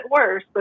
worse